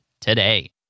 today